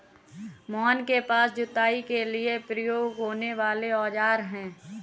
मोहन के पास जुताई के लिए प्रयोग होने वाले औज़ार है